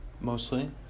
mostly